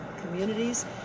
communities